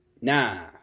Nah